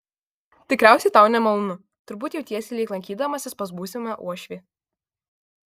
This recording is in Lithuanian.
tikriausiai tau nemalonu turbūt jautiesi lyg lankydamasis pas būsimą uošvį